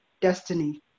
destiny